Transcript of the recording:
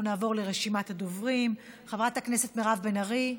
אנחנו נעבור לרשימת הדוברים: חברת הכנסת מירב בן ארי,